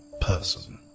person